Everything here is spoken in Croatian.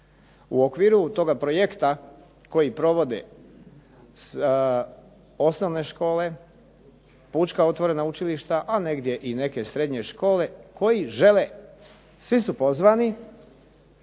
U okviru toga projekta koji provode osnovne škole, pučka otvorena učilišta, a negdje i neke srednje škole koji žele svi su pozvani